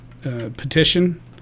petition